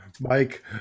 Mike